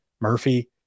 Murphy